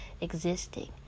existing